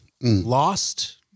lost